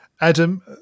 Adam